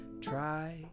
try